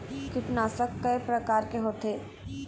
कीटनाशक कय प्रकार के होथे?